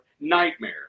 nightmare